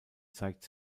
zeigt